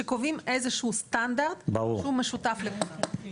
שקובעים איזשהו סטנדרט שהוא משותף לכולם.